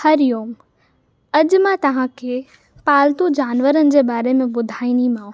हरिओम अॼु मां तव्हां खे पालतू जानवरनि जे बारे में ॿुधाईंदीमांव